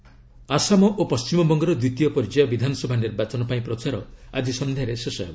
election Assam ଓ ପଶ୍ଚିମବଙ୍ଗର ଦ୍ୱିତୀୟ ପର୍ଯ୍ୟାୟ ବିଧାନସଭା ନିର୍ବାଚନ ପାଇଁ ପ୍ରଚାର ଆଜି ସଂଧ୍ୟାରେ ଶେଷ ହେବ